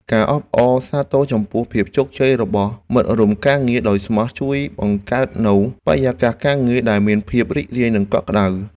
ការអបអរសាទរចំពោះភាពជោគជ័យរបស់មិត្តរួមការងារដោយស្មោះ ជួយបង្កើតនូវបរិយាកាសការងារដែលមានភាពរីករាយនិងកក់ក្តៅ។